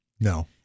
No